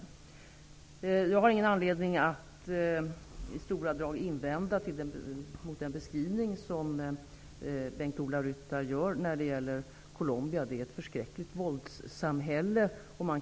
I stort sett har jag ingen anledning att invända mot den beskrivning som Bengt-Ola Ryttar gör av Colombia. Det är ett förskräckligt våldssamhälle.